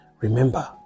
Remember